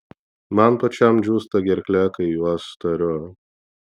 man pačiam džiūsta gerklė kai juos tariu